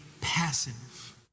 passive